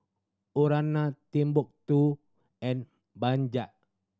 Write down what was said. Urana Timbuk Two and Bajaj